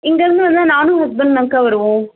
இங்கேருந்து வந்தால் நானும் என் ஹஸ்பண்ட் தான்க்கா வருவோம்